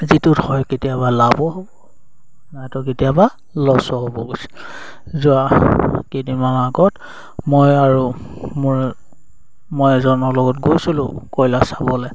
যিটোত হয় কেতিয়াবা লাভো হ'ব নাইতো কেতিয়াবা লছো হ'ব কৈছে যোৱা কেইদিনমান আগত মই আৰু মোৰ মই এজনৰ লগত গৈছিলোঁ কয়লা চাবলে